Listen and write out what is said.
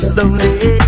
lonely